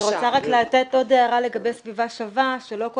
אני רוצה לתת עוד הערה לגבי סביבה שווה, שלא כל